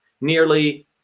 nearly